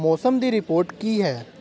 ਮੌਸਮ ਦੀ ਰਿਪੋਰਟ ਕੀ ਹੈ